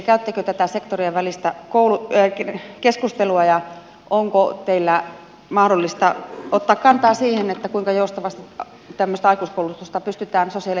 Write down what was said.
käyttekö tätä sektorien välistä keskustelua ja onko teidän mahdollista ottaa kantaa siihen kuinka joustavasti tämmöistä aikuiskoulutusta pystytään sosiaali ja terveydenhuollon alalle lisäämään